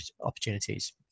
opportunities